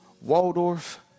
Waldorf